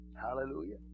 Hallelujah